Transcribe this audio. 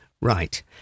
Right